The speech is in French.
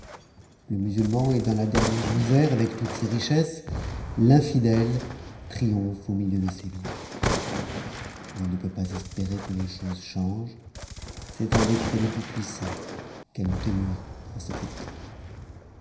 le musulman est ms la dernière misère avec toutes ses richesses l'infidèle triomphe au milieu de ses biens on ne peut pas espérer que les choses chahe c'est un décret du tout-puissant qu'elles demeurent en cet état